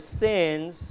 sins